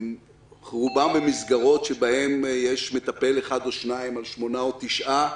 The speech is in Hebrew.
רובם במסגרות שבהן יש מטפל אחד או שניים על שמונה או תשעה,